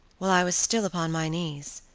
while i was still upon my knees,